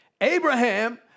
Abraham